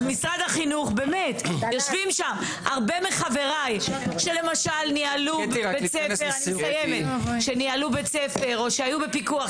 יושבים הרבה מחבריי שניהלו בית-ספר או שהיו בפיקוח,